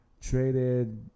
traded –